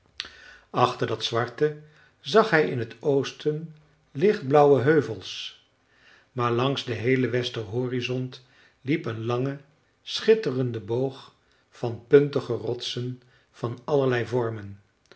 achter dat zwarte zag hij in t oosten lichtblauwe heuvels maar langs den heelen wester horizont liep een lange schitterende boog van puntige rotsen van allerlei vormen